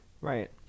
right